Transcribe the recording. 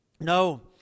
no